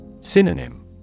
Synonym